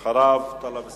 אחריו, טלב אלסאנע,